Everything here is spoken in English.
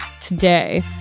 today